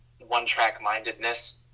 one-track-mindedness